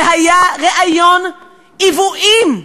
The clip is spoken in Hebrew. זה היה ריאיון עוועים,